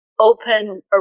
Open